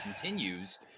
continues